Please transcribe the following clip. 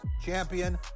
Champion